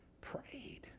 prayed